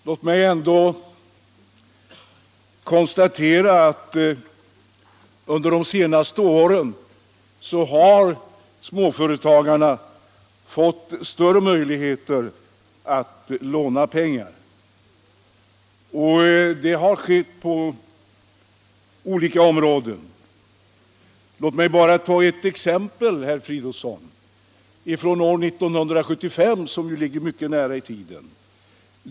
Låt mig ändå konstatera att under de senaste åren har småföretagarna fått större möjligheter att låna pengar. Detta har skett på olika områden. Låt mig bara ta ett exempel, herr Fridolfsson. Det är från år 1975, ett år som ligger mycket nära i tiden.